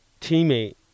teammate